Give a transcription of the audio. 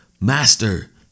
Master